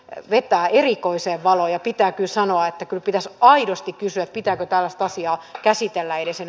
tarvitaan erikoisia valoja pitääkö sanoa että kykyjensä aidosti kysyä pitääkö tällaista asiaa käsitellä eli sen